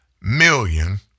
million